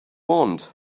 want